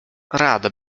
rada